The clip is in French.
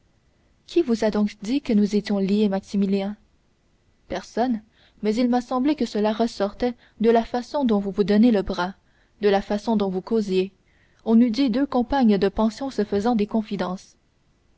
qui vous a donc dit que nous étions liées maximilien personne mais il m'a semblé que cela ressortait de la façon dont vous vous donnez le bras de la façon dont vous causiez on eût dit deux compagnes de pension se faisant des confidences